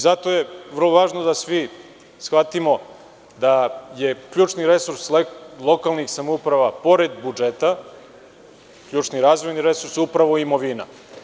Zato je vrlo važno da svi shvatimo da je ključni resurs lokalnih samouprava, pored budžeta, ključni razvojni resurs upravo imovina.